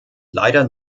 leider